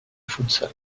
futsal